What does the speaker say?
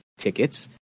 tickets